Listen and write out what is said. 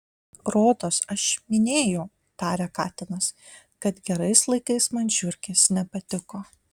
rodos aš minėjau tarė katinas kad gerais laikais man žiurkės nepatiko